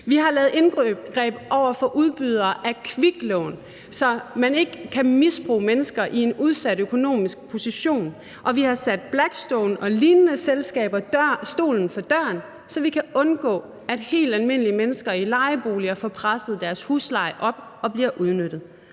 Vi har lavet indgreb over for udbydere af kviklån, så man ikke kan misbruge mennesker i en udsat økonomisk position, og vi har sat Blackstone og lignende selskaber stolen for døren, så vi kan undgå, at helt almindelige mennesker i lejeboliger får presset deres husleje op og bliver udnyttet.